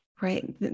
right